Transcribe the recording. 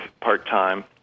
part-time